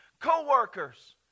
co-workers